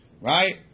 right